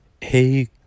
Hey